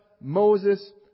Moses